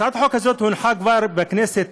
הצעת החוק הזאת הונחה כבר בכנסת